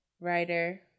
writer